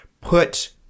put